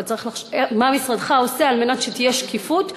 אבל מה משרדך עושה כדי שתהיה שקיפות,